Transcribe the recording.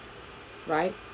right